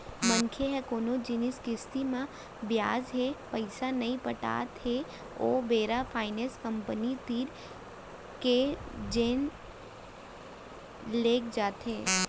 मनसे ह कोनो जिनिस किस्ती म बिसाय हे पइसा नइ पटात हे ओ बेरा फायनेंस कंपनी तीर के लेग जाथे